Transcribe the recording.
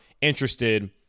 interested